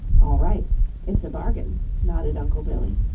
all right it's a bargain, nodded uncle billy.